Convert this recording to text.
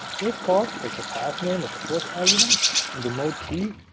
this call takes a pathname as the first argument and the mode t,